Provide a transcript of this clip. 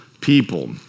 people